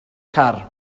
car